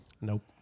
Nope